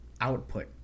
output